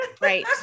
Right